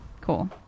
Cool